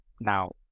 now